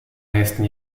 nächsten